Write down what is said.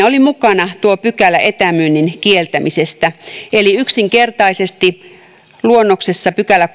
oli mukana tuo pykälä etämyynnin kieltämisestä eli yksinkertaisesti luonnoksessa kolmaskymmenes pykälä